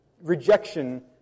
Rejection